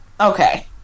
Okay